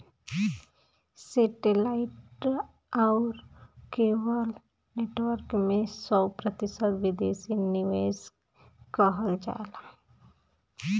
सेटे light आउर cable network में सौ प्रतिशत विदेशी निवेश किहल जाला